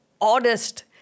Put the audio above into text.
oddest